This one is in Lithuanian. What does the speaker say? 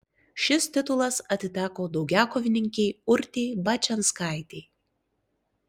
šis titulas atiteko daugiakovininkei urtei bačianskaitei